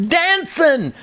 dancing